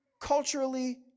culturally